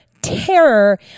terror